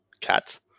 cat